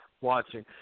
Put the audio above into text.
watching